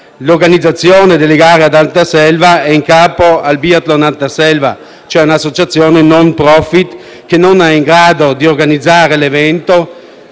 L'organizzazione delle gare ad Anterselva è in capo al biathlon Anterselva, vale a dire un'associazione *no profit* che non è in grado di organizzare l'evento